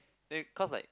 then cause like